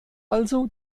also